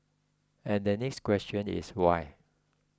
and the next question is why